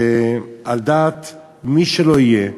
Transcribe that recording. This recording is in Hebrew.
על דעת מי שלא יהיה,